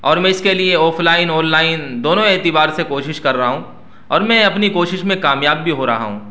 اور میں اس کے لیے آف لائن آن لائن دونوں اعتبار سے کوشش کر رہا ہوں اور میں اپنی کوشش میں کامیاب بھی ہو رہا ہوں